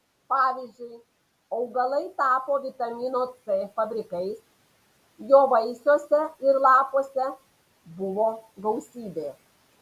pavyzdžiui augalai tapo vitamino c fabrikais jo vaisiuose ir lapuose buvo gausybė